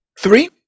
Three